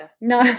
no